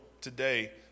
today